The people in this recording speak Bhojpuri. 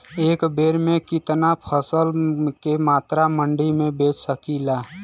एक बेर में कितना फसल के मात्रा मंडी में बेच सकीला?